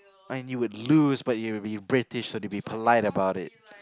and you would lose but you would be British so they'd be polite about it